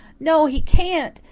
no, he can't!